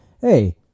hey